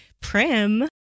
Prim